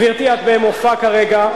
גברתי, את במופע כרגע.